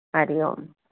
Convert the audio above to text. हरिओम